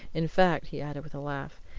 in fact, he added, with a laugh,